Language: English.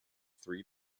three